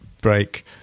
break